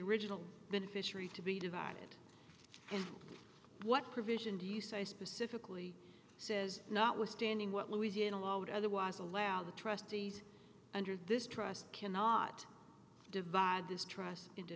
original beneficiary to be divided and what provision do you say specifically says notwithstanding what louisiana law would otherwise allow the trustee under this trust cannot divide this trust into